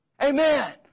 Amen